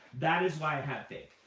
that is why i have faith.